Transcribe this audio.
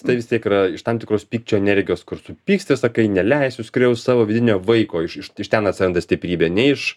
tai vis tiek yra iš tam tikros pykčio energijos kur supyksti sakai neleisiu skriaust savo vidinio vaiko iš iš ten atsiranda stiprybė ne iš